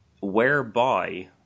whereby